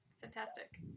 Fantastic